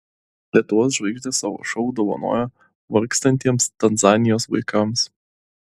lietuvos žvaigždės savo šou dovanojo vargstantiems tanzanijos vaikams